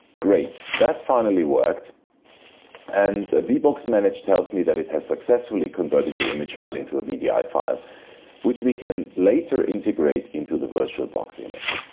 great, that finally worked and vboxmanage tells me that it has successfully converted the image file into a vdi file which we can later integrate into the virtualbox image.